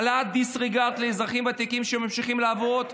העלאת דיסרגרד לאזרחים ותיקים שממשיכים לעבוד,